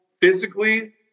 physically